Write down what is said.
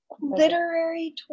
Literary